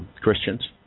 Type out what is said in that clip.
Christians